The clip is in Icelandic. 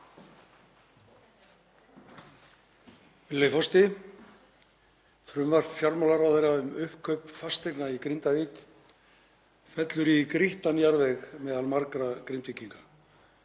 Virðulegi forseti. Frumvarp fjármálaráðherra um uppkaup fasteigna í Grindavík fellur í grýttan jarðveg meðal margra Grindvíkinga.